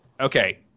Okay